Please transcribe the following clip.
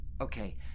Okay